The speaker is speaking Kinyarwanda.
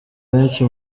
benshi